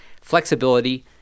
Flexibility